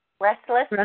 restless